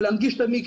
ולהנגיש את המקווה.